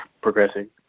progressing